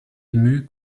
émus